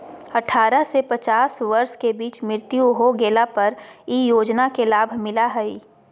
अठारह से पचास वर्ष के बीच मृत्यु हो गेला पर इ योजना के लाभ मिला हइ